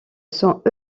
sont